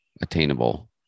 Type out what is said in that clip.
attainable